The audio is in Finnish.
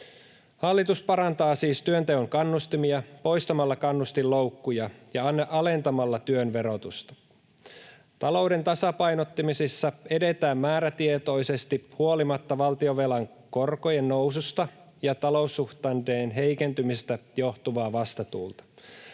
Hallitus parantaa siis työnteon kannustimia poistamalla kannustinloukkuja ja alentamalla työn verotusta. Talouden tasapainottamisessa edetään määrätietoisesti huolimatta valtionvelan korkojen noususta ja taloussuhdanteen heikentymisestä johtuvasta vastatuulesta.